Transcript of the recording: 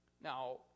Now